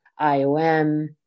IOM